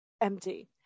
empty